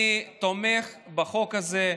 אני תומך בחוק הזה.